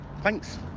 Thanks